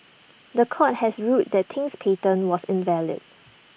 The Court had ruled that Ting's patent was invalid